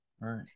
Right